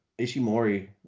Ishimori